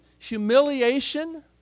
humiliation